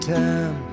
time